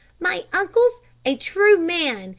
my uncle's a true man,